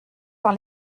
par